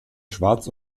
schwarz